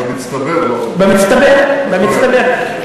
במצטבר, לא, במצטבר.